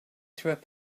through